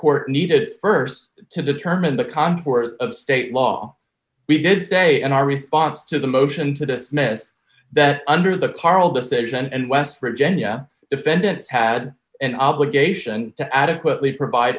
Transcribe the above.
court needed st to determine the contours of state law we did say in our response to the motion to dismiss that under the parle decision and west virginia defendants had an obligation to adequately provide